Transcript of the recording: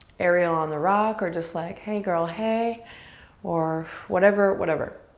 ariel on the rock or just like hey, girl, hey or whatever, whatever.